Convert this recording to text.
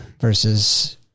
versus